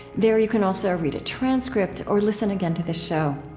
there you can also read a transcript or listen again to this show.